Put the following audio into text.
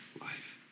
life